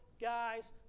guys